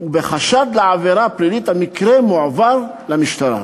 בחשד לעבירה פלילית המקרה מועבר למשטרה".